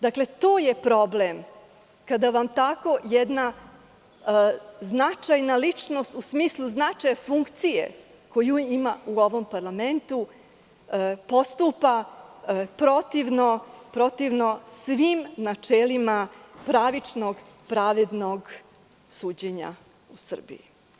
Dakle, to je problem kada vam tako jedna značajna ličnost, u smislu značaja funkcije koju ima u ovom parlamentu, postupa protivno svim načelima pravičnog, pravednog suđenja u Srbiji.